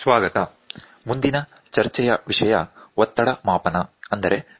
ಸ್ವಾಗತ ಮುಂದಿನ ಚರ್ಚೆಯ ವಿಷಯ ಒತ್ತಡ ಮಾಪನ ಆಗಿರುತ್ತದೆ